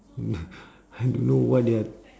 mm I don't know what they are